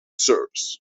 serbs